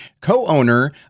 co-owner